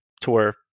tour